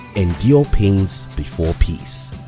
endure pains before peace